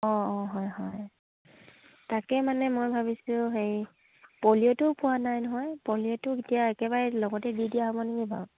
অঁ অঁ হয় হয় তাকে মানে মই ভাবিছোঁ হেৰি পলিঅ'টোও পোৱা নাই নহয় পলিঅ'টো এতিয়া একেবাৰে লগতে দি দিয়া হ'ব নেকি বাৰু